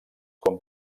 com